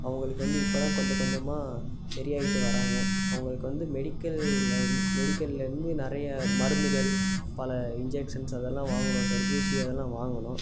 அவங்களுக்கு வந்து இப்போ தான் கொஞ்சம் கொஞ்சமாக சரியாயிட்டு வர்றாங்க அவங்களுக்கு வந்து மெடிக்கலில் வந் மெடிக்கல்லிருந்து நிறைய மருந்துகள் பல இன்ஜெக்சன்ஸ் அதெல்லாம் வாங்கினோம் சார் ஊசி அதெல்லாம் வாங்கினோம்